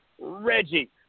Reggie